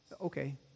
Okay